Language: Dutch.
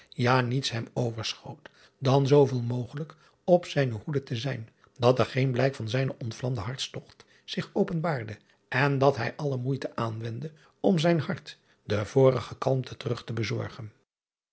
ja niets hem overschoot dan zooveel mogelijk op zijne hoede te zijn dat er geen blijk van zijnen ontvlamden hartstogt zich openbaarde en dat hij alle moeite aanwendde om zijn hart de vorige kalmte terug te bezorgen